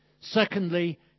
Secondly